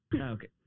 okay